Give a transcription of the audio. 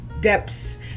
depths